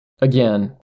Again